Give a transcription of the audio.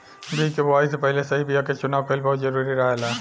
बीज के बोआई से पहिले सही बीया के चुनाव कईल बहुत जरूरी रहेला